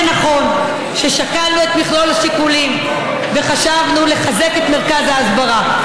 זה נכון ששקלנו את מכלול השיקולים וחשבנו לחזק את מרכז ההסברה.